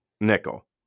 nickel